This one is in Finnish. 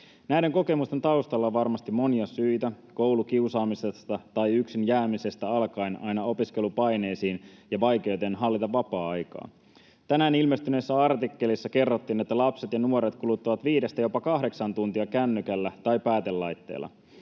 Näiden kokemusten taustalla on varmasti monia syitä, koulukiusaamisesta tai yksin jäämisestä alkaen aina opiskelupaineisiin ja vaikeuteen hallita vapaa-aikaa. Tänään ilmestyneessä artikkelissa kerrottiin, että lapset ja nuoret kuluttavat viidestä jopa kahdeksaan tuntia kännykällä tai muulla päätelaitteella.